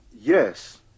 yes